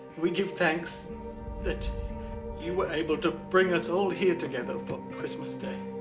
we give thanks that you were able to bring us all here together for christmas day.